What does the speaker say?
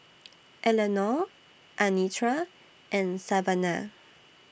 Eleanore Anitra and Savana